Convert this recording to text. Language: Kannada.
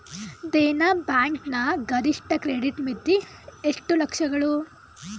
ದೇನಾ ಬ್ಯಾಂಕ್ ನ ಗರಿಷ್ಠ ಕ್ರೆಡಿಟ್ ಮಿತಿ ಎಷ್ಟು ಲಕ್ಷಗಳು?